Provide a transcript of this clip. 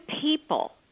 people